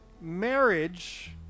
marriage